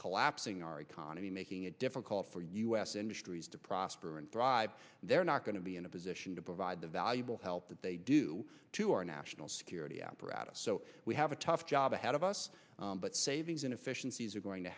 collapsing our economy making it difficult for us industries to prosper and thrive they're not going to be in a position to provide the valuable help that they do to our national security apparatus so we have a tough job ahead of us but savings inefficiencies are going to